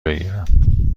بگیرم